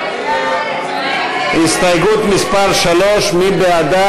ההסתייגות (3) של